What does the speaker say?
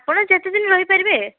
ଆପଣ ଯେତେଦିନ ରହିପାରିବେ